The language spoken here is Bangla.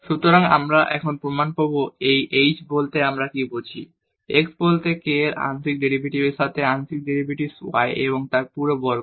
সুতরাং আমরা এখন প্রমান পাবো এই h বলতে আমরা কি বুঝি x প্লাস k এর আংশিক ডেরিভেটিভের সাথে আংশিক ডেরিভেটিভ y এবং তারপর পুরো বর্গ